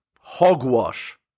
hogwash